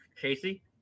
Casey